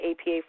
APA